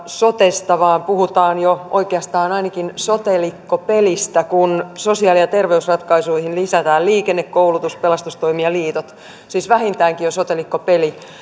sotesta vaan puhutaan jo oikeastaan ainakin sotelikopelistä kun sosiaali ja terveysratkaisuihin lisätään liikenne koulutus pelastustoimi ja liitot siis vähintäänkin jo sotelikopeli